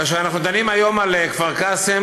כאשר אנחנו דנים היום על כפר קאסם,